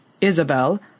Isabel